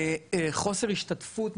חוסר השתתפות,